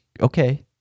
okay